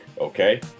okay